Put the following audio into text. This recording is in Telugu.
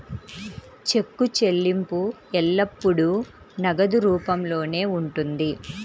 చెక్కు చెల్లింపు ఎల్లప్పుడూ నగదు రూపంలోనే ఉంటుంది